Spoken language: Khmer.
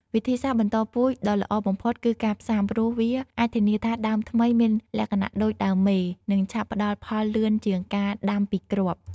វិធីសាស្ត្របន្តពូជដ៏ល្អបំផុតគឺការផ្សាំ ព្រោះវាអាចធានាថាដើមថ្មីមានលក្ខណៈដូចដើមមេ និងឆាប់ផ្ដល់ផលលឿនជាងការដាំពីគ្រាប់។